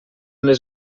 les